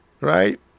right